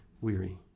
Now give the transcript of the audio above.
weary